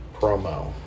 promo